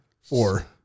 four